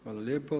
Hvala lijepo.